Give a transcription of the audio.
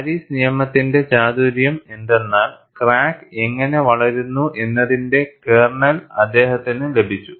Paris നിയമത്തിന്റെ ചാതുര്യം എന്തെന്നാൽ ക്രാക്ക് എങ്ങനെ വളരുന്നു എന്നതിന്റെ കേർണൽ അദ്ദേഹത്തിന് ലഭിച്ചു